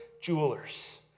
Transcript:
jewelers